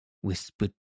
whispered